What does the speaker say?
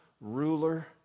ruler